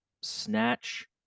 snatch